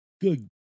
Good